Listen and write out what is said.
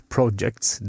Projects